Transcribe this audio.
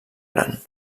gran